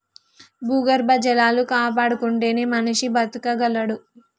భూగర్భ జలాలు కాపాడుకుంటేనే మనిషి బతకగలడు